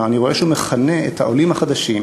אני רואה שהוא מכנה את העולים החדשים,